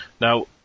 Now